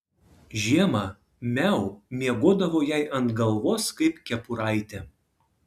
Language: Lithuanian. žiemą miau miegodavo jai ant galvos kaip kepuraitė